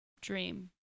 Dream